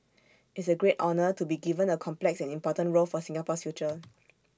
it's A great honour to be given A complex and important role for Singapore's future